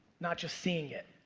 not just seeing it.